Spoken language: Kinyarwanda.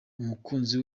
umukunzi